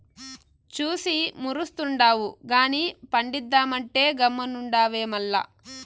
చూసి మురుస్తుండావు గానీ పండిద్దామంటే గమ్మునుండావే మల్ల